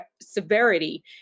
severity